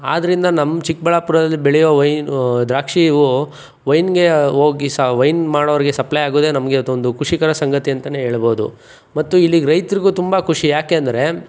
ಆದ್ದರಿಂದ ನಮ್ಮ ಚಿಕ್ಕಬಳ್ಳಾಪುರದಲ್ಲಿ ಬೆಳೆಯೊ ವೈನ್ ದ್ರಾಕ್ಷಿಯೂ ವೈನ್ಗೆ ಓಗಿಸ ವೈನ್ ಮಾಡೋರಿಗೆ ಸಪ್ಲೈ ಆಗೋದೇ ನಮಗೆ ಅದೊಂದು ಖುಷಿಕರ ಸಂಗತಿ ಅಂತಾನೇ ಹೇಳ್ಬೋದು ಮತ್ತು ಇಲ್ಲಿಗೆ ರೈತರಿಗೂ ತುಂಬಾ ಖುಷಿ ಯಾಕೆ ಅಂದರೆ